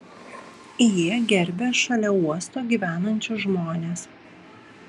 jie gerbia šalia uosto gyvenančius žmones